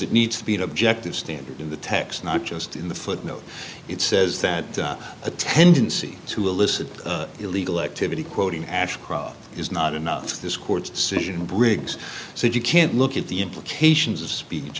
it needs to be an objective standard in the text not just in the footnote it says that a tendency to elicit illegal activity quoting ashcroft is not enough this court's decision briggs says you can't look at the implications of speech